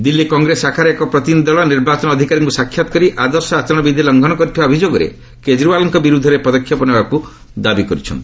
ଦିଲ୍ଲୀ କଂଗ୍ରେସ ଶାଖାର ଏକ ପ୍ରତିନିଧି ଦଳ ନିର୍ବାଚନ ଅଧିକାରୀଙ୍କୁ ସାକ୍ଷାତ୍ କରି ଆଦର୍ଶ ଆଚରଣ ବିଧି ଲଙ୍ଘନ କରିଥିବା ଅଭିଯୋଗରେ କେଜରିୱାଲ୍ଙ୍କ ବିରୋଧରେ ପଦକ୍ଷେପ ନେବାକୁ ଦାବି କରିଛନ୍ତି